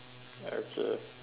okay